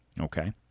Okay